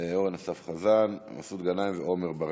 אורן אסף חזן, מסעוד גנאים, עמר בר-לב.